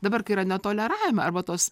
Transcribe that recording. dabar kai yra netoleravime arba tos